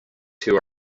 two